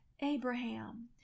Abraham